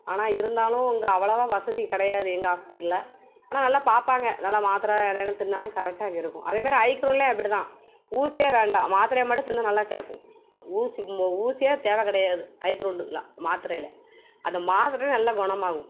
ஆனால் இருந்தாலும் இங்கே அவ்வளோவா வசதி கிடையாது எங்கள் ஆஸ்பத்திரியில் ஆனால் நல்லா பார்ப்பாங்க நல்லா மாத்திரை எதேனும் திண்றாலும் கரெக்டாகி இருக்கும் அதுமாதிரி ஹை க்ரௌண்ட்டில் அப்படி தான் ஊசியே வேண்டாம் மாத்திரையை மட்டும் திண்ணால் நல்லா கேட்கும் ஊசி மோ ஊசியே தேவைக் கிடையாது ஹை க்ரௌண்டுக்கெலாம் மாத்திரையில் அந்த மாத்திரையே நல்லா குணமாகும்